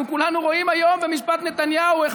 אנחנו כולנו רואים היום במשפט נתניהו איך